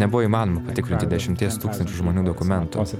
nebuvo įmanoma patikrinti tūkstančių žmonių dokumentų